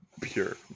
Pure